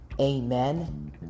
amen